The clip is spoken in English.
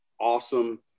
awesome